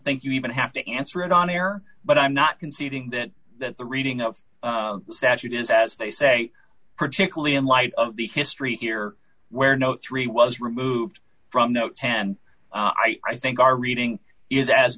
think you even have to answer it on air but i'm not conceding that that the reading of the statute is as they say particularly in light of the history here where no three was removed from no ten i think our reading is as